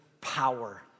power